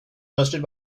hosted